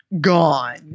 Gone